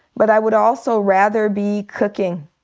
but i would also rather be cooking.